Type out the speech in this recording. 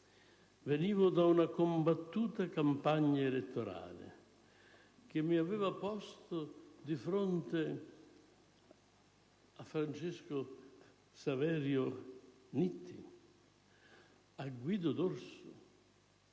Venivo da una combattuta campagna elettorale, che mi aveva posto di fronte a Francesco Saverio Nitti a Guido Dorso,